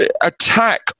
attack